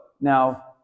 Now